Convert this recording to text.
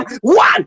one